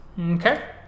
Okay